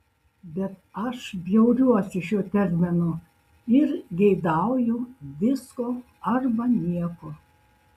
bet aš bjauriuosi šiuo terminu ir geidauju visko arba nieko